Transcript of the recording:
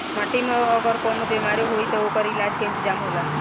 माटी में अगर कवनो बेमारी होई त ओकर इलाज के इंतजाम होला